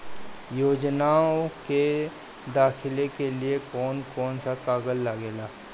योजनाओ के दाखिले के लिए कौउन कौउन सा कागज लगेला?